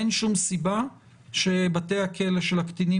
אין שום סיבה שבתי הכלא של הקטינים